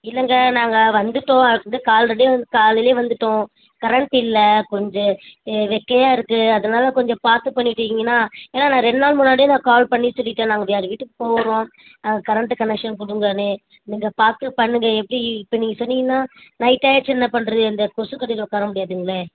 இல்லைங்க நாங்கள் வந்துட்டோம் அது வந்து கால்ரெடி வந்து காலையிலேயே வந்துட்டோம் கரண்ட் இல்லை கொஞ்சம் வெக்கையாக இருக்குது அதனால் கொஞ்சம் பார்த்து பண்ணிட்டீங்கன்னால் ஏன்னால் நான் ரெண்டுநாள் முன்னாடியே நான் கால் பண்ணி சொல்லிவிட்டேன் நாங்கள் வேறு வீட்டுக்கு போகிறோம் அது கரண்ட்டு கனெக்ஷன் கொடுங்கன்னு நீங்கள் பார்த்து பண்ணுங்கள் எப்படி இப்போ நீங்கள் சொன்னிங்கன்னால் நைட் ஆகிடுச்சின்னா என்ன பண்ணுறது இந்த கொசுக்கடியில் உட்கார முடியாதுங்களே